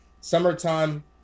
summertime